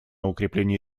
укрепление